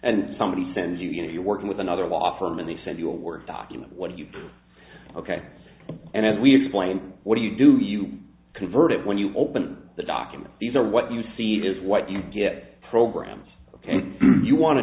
and somebody sends you you know you're working with another law firm and they send you a word document what you ok and we explain what do you do you convert it when you open the document these are what you see is what you get programs and you want to